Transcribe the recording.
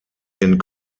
den